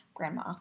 grandma